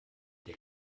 der